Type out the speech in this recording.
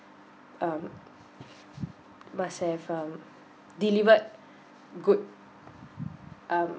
um must have um delivered good um